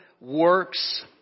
works